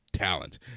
talent